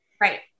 Right